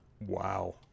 wow